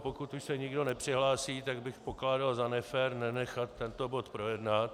Pokud už se nikdo nepřihlásí, tak bych pokládal za nefér nenechat tento bod projednat.